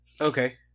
Okay